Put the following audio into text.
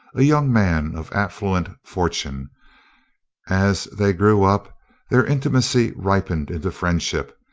a young man of affluent fortune as they grew up their intimacy ripened into friendship,